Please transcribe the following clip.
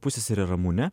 pusseserė ramunė